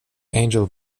angel